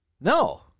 No